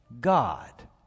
God